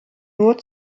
nur